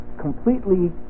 completely